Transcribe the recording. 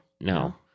no